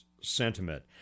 sentiment